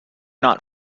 not